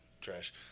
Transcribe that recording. Trash